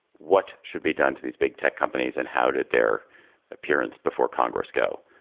what should be done to these big tech companies and how did their appearance before congress go?